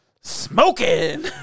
Smoking